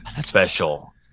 special